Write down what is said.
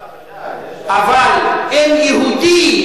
אבל אם יהודי,